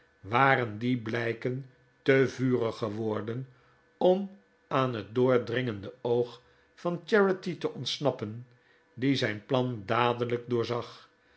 waren die blijken te vurig geworden om aan het doordringende oog van charity te ontsnappen die zijn plan dadelijk door zag